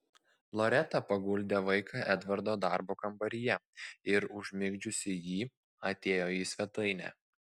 loreta paguldė vaiką edvardo darbo kambaryje ir užmigdžiusi jį atėjo į svetainę